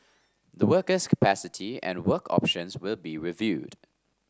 the worker's capacity and work options will be reviewed